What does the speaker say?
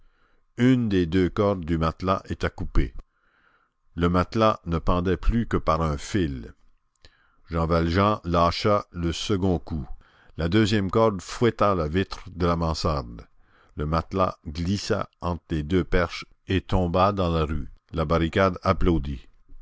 une des deux cordes du matelas était coupée le matelas ne pendait plus que par un fil jean valjean lâcha le second coup la deuxième corde fouetta la vitre de la mansarde le matelas glissa entre les deux perches et tomba dans la rue la barricade applaudit